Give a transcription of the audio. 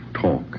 talk